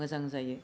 मोजां जायो